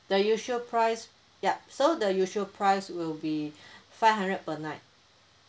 the usual price yup so the usual price will be five hundred per night